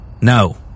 No